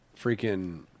freaking